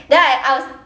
then I I was